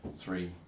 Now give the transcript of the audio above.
three